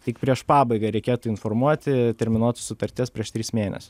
tik prieš pabaigą reikėtų informuoti terminuotos sutarties prieš tris mėnesius